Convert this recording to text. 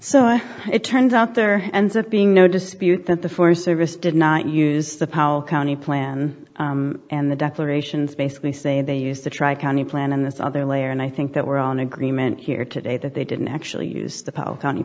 so it turns out there being no dispute that the forest service did not use the powell county plan and the declarations basically say they use the tri county plan in this other layer and i think that we're all in agreement here today that they didn't actually use the county